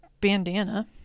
bandana